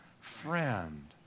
Friend